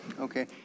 Okay